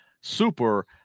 super